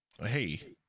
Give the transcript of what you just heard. hey